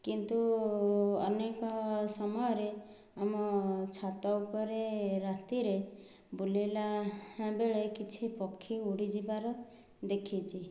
କିନ୍ତୁ ଅନେକ ସମୟରେ ଆମ ଛାତ ଉପରେ ରାତିରେ ବୁଲିଲାବେଳେ କିଛି ପକ୍ଷୀ ଉଡ଼ିଯିବାର ଦେଖିଛି